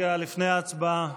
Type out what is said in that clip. הצבעה.